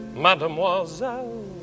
Mademoiselle